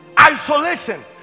Isolation